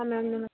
ହଁ ମ୍ୟାମ୍ ନମ